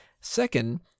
Second